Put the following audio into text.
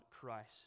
Christ